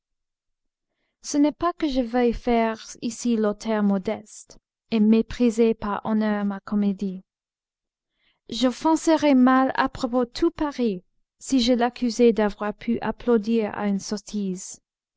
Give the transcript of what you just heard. ce n'est pas que je veuille faire ici l'auteur modeste et mépriser par honneur ma comédie j'offenserais mal à propos tout paris si je l'accusais d'avoir pu applaudir à une sottise